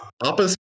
Opposite